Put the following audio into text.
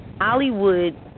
Hollywood